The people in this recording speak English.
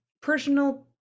personal